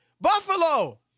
Buffalo